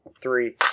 Three